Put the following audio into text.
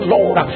Lord